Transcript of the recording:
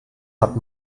hat